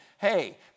hey